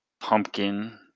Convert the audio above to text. Pumpkin